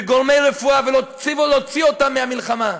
בגורמי רפואה, ולהוציא אותם מהמלחמה.